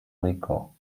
rico